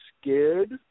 scared